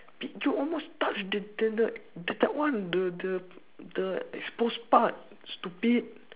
p~ you almost touch the the the the that one the the the exposed part stupid